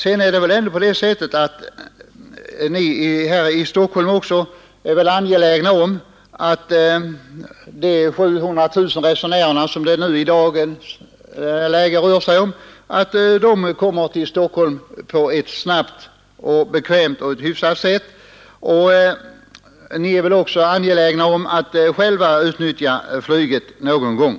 Ni är väl också här i Stockholm angelägna om att de 700 000 resenärer som det i dagens läge rör sig om snabbt och bekvämt kan komma till Stockholm, och ni utnyttjar väl också själva flyget någon gång.